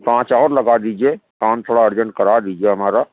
پانچ اور لگا دیجیے کام تھوڑا ارجنٹ کرا دیجیے ہمارا